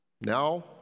now